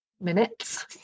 minutes